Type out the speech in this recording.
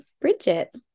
Bridget